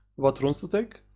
what runes to take?